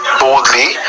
boldly